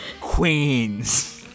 Queens